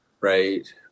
right